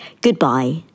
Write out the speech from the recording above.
Goodbye